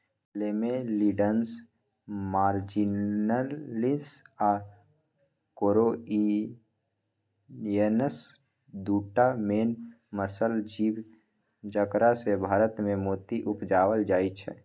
Lamellidens marginalis आ corrianus दु टा मेन मसल जीब जकरासँ भारतमे मोती उपजाएल जाइ छै